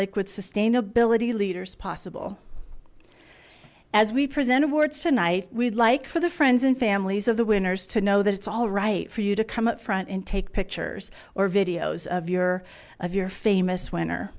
liquid sustainability leaders possible as we present awards tonight we'd like for the friends and families of the winners to know that it's all right for you to come up front and take pictures or videos of your of your famous winner